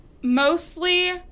mostly